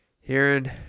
hearing